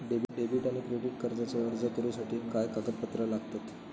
Debit आणि credit कार्डचो अर्ज करुच्यासाठी काय कागदपत्र लागतत?